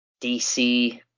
DC